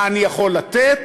מה אני יכול לתת,